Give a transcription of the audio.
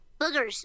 Boogers